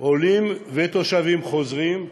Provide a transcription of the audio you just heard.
עולים ותושבים חוזרים,